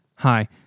Hi